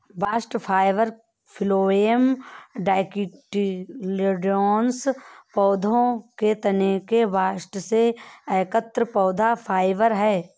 bast fibre phloem dicotyledonous पौधों के तने के बास्ट से एकत्र पौधा फाइबर है